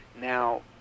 Now